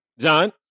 John